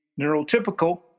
neurotypical